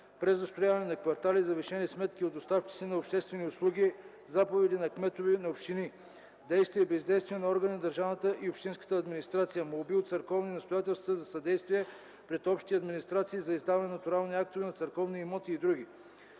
презастрояване на квартали, завишени сметки от доставчици на обществени услуги, заповеди на кметове на общини; действия и бездействия на органи на държавната и общинската администрация, молби от църковни настоятелства за съдействие пред общински администрации за издаване на натурални актове на църковни имоти и др.